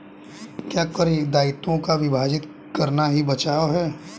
क्या कर दायित्वों को विभाजित करना ही कर बचाव है?